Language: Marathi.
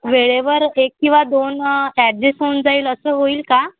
वेळेवर एक किंवा दोन ॲडजेस्ट होऊन जाईल असं होईल का